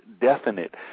definite